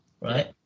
right